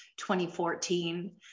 2014